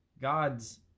God's